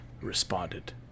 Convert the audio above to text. responded